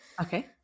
Okay